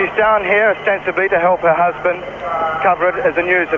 down here ostensibly to help her husband cover it it as a news ah